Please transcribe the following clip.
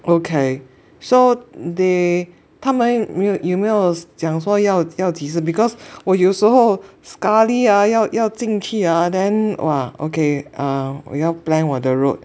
okay so they 他们有没有有没有讲说要要几时 because 我有时候 sekali ah 啊要要进去啊 then !wah! okay err 我要 plan 我的 road